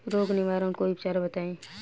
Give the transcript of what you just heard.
रोग निवारन कोई उपचार बताई?